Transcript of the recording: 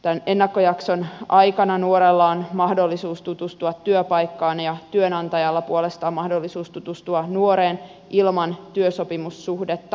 tämän ennakkojakson aikana nuorella on mahdollisuus tutustua työpaikkaan ja työnantajalla puolestaan mahdollisuus tutustua nuoreen ilman työsopimussuhdetta